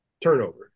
turnover